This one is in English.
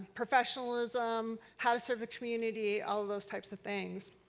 professionalism. how to serve the community. all those types of things.